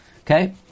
Okay